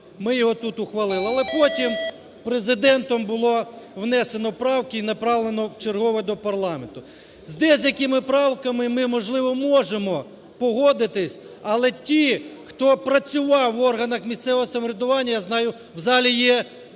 ми його тут ухвалили. Але потім Президентом було внесено правки і направлено вчергове до парламенту. З деякими правками ми, можливо, можемо погодитись. Але ті, хто працював в органах місцевого самоврядування, я знаю, в залі є міські